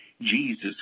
Jesus